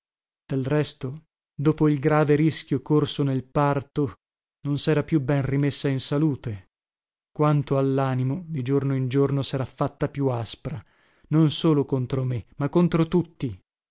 del resto dopo il grave rischio corso nel parto non sera più ben rimessa in salute quanto allanimo di giorno in giorno sera fatta più aspra non solo contro me ma contro tutti